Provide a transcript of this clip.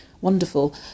wonderful